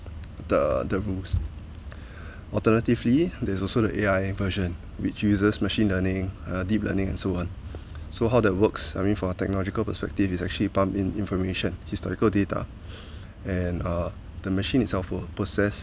the the rules alternatively there's also the A_I version which uses machine learning uh deep learning and so on so how that works I mean for technological perspective is actually pump in information historical data and uh the machine itself would process